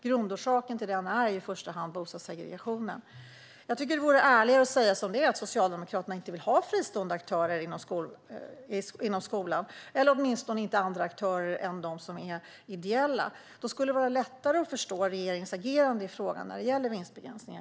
Grundorsaken till den är i första hand bostadssegregationen. Vore det inte ärligare att säga som det är: Socialdemokraterna vill inte ha fristående aktörer, eller åtminstone inte andra aktörer än ideella, inom skolan. Då skulle det vara lättare att förstå regeringens agerande i fråga om vinstbegränsningar.